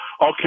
Okay